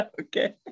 Okay